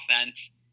offense